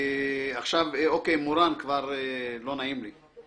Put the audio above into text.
עכשיו מ' ל', כבר לא נעים לי.